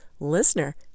listener